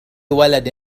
ولد